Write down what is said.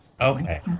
Okay